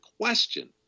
question